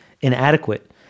inadequate